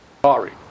sorry